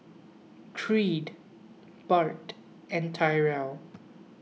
Creed Bart and Tyrel